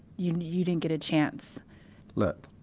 you, you didn't get a chance look,